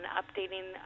updating